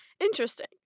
Interesting